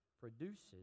produces